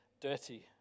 dirty